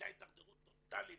הייתה הידרדרות טוטאלית